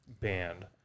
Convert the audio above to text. band